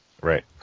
Right